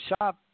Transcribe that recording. shop